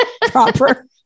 Proper